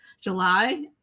july